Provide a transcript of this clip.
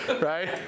right